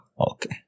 Okay